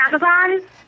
Amazon